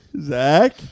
Zach